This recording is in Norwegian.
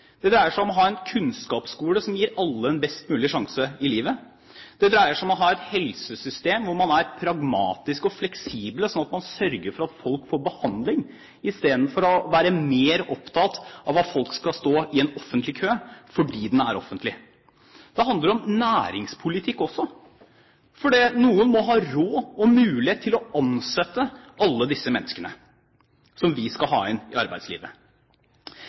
Det dreier seg om å ha en kunnskapsskole som gir alle en best mulig sjanse i livet. Det dreier seg om å ha et helsesystem hvor man er pragmatisk og fleksibel sånn at man sørger for at folk får behandling istedenfor å være mer opptatt av at folk skal stå i en offentlig kø fordi den er offentlig. Det handler om næringspolitikk også, for noen må ha råd og mulighet til å ansette alle disse menneskene som vi skal ha inn i arbeidslivet.